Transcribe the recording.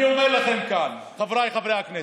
אני אומר לכם כאן, חבריי חברי הכנסת,